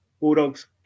Bulldogs